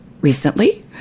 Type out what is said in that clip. recently